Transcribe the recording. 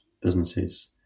businesses